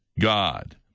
God